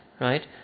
Right